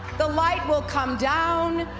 the light will come down,